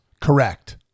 correct